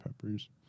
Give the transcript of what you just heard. peppers